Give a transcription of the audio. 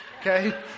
okay